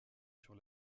sur